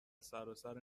سراسر